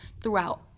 throughout